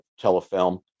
telefilm